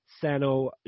Sano